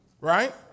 right